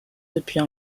depuis